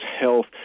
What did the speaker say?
health